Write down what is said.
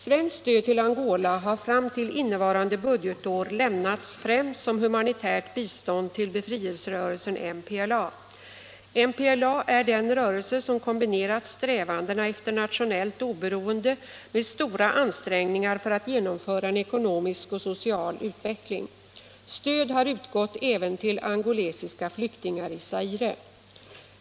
Svenskt stöd till Angola har fram till innevarande budgetår lämnats främst som humanitärt bistånd till befrielserörelsen MPLA. MPLA är den rörelse som kombinerat strävandena efter nationellt oberoende med stora ansträngningar för att genomföra en ekonomisk och social utveckling. Stöd har utgått även till angolesiska flyktingar i Zaire.